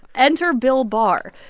enter bill barr.